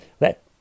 let